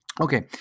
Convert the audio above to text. Okay